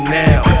now